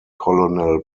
colonel